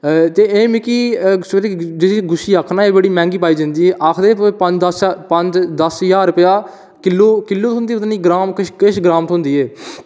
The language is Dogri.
ते में एह् जेह्ड़ी गुच्छी आक्खा ना एह् बड़ी मैहंगी पाई जंदी ऐ एह् जेह् पंज दस्स ज्हार रपेआ किन्नी हारी थ्होंदी ऐ किश ग्राम थ्होंदी ऐ